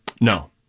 No